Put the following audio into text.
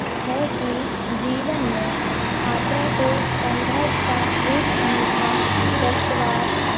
है कि जीवन में छात्रों को संघर्ष का एक अनूठा दस्तावर